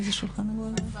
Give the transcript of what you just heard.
איזה שולחן עגול?